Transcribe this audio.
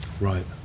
Right